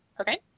okay